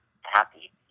happy